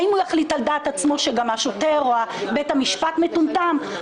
האם יחליט על דעת עצמו שהשוטר או בית המפשט מטומטם?